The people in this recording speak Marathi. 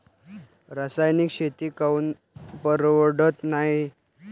रासायनिक शेती काऊन परवडत नाई?